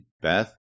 Beth